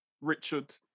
Richard